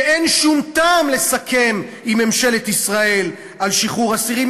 שאין שום טעם לסכם עם ממשלת ישראל על שחרור אסירים,